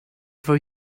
for